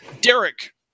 Derek